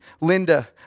Linda